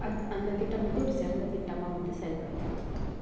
அந் அந்த திட்டம் வந்து ஒரு சிறந்த திட்டமாக வந்து செயல்பட்டுட்ருக்கு